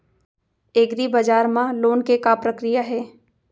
एग्रीबजार मा लोन के का प्रक्रिया हे?